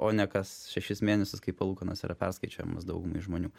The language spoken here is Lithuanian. o ne kas šešis mėnesius kai palūkanos yra perskaičiuojamos daugumai žmonių